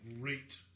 great